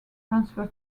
transfer